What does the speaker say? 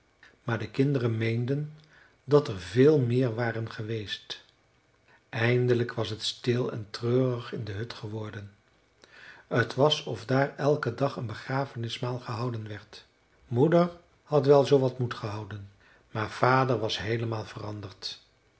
maar de kinderen meenden dat er veel meer waren geweest eindelijk was het stil en treurig in de hut geworden t was of daar elken dag een begrafenismaal gehouden werd moeder had wel zoowat moed gehouden maar vader was heelemaal veranderd